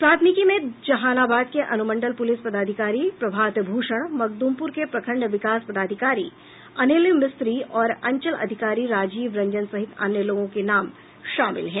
प्राथमिकी में जहानाबाद के अनुमंडल पुलिस पदाधिकारी प्रभात भूषण मखदूमपुर के प्रखंड विकास पदाधिकारी अनिल मिस्त्री और अंचल अधिकारी राजीव रंजन सहित अन्य लोगों के नाम शामिल हैं